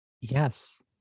yes